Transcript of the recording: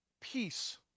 peace